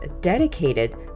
dedicated